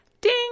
Ding